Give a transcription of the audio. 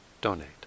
donate